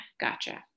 Gotcha